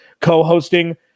co-hosting